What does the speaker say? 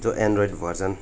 जो android version